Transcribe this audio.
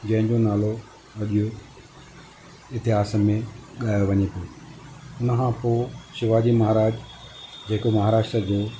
जंहिंजो नालो अॼु इतिहास में ॻायो वञे थो हुन खां पोइ शिवाजी महाराज जेको महाराष्ट्रा जो